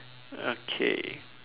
okay